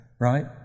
right